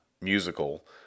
musical